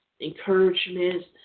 encouragement